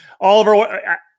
Oliver